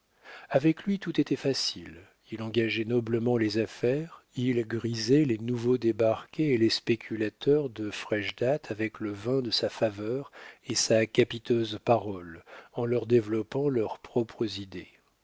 avec lui tout était facile il engageait noblement les affaires il grisait les nouveaux débarqués et les spéculateurs de fraîche date avec le vin de sa faveur et sa capiteuse parole en leur développant leurs propres idées